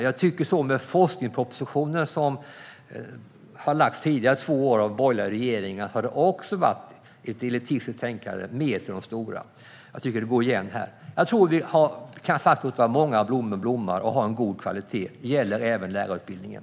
Samma sak med forskningspropositionen som har lagts fram tidigare av två borgerliga regeringar: Det har också varit ett elitistiskt tänkande med mer till de stora. Jag tycker att det går igen här. Jag tror att vi kan låta många blommor blomma och ha en god kvalitet. Det gäller även lärarutbildningen.